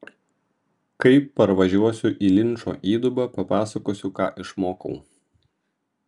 kai parvažiuosiu į linčo įdubą papasakosiu ką išmokau